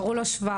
קראו לו שוורץ.